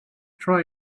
try